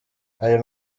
ayo